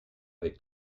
avec